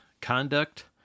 conduct